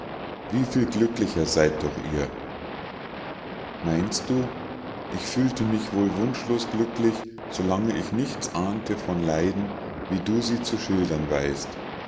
wie viel glücklicher seid doch ihr meinst du ich fühlte mich wohl wunschlos glücklich so lange ich nichts ahnte von leiden wie du sie zu schildern weißt